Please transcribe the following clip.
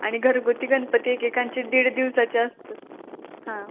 आणि घरगुती गणपती एकेकांचे दीड दिवसाचे असतात हां